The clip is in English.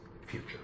future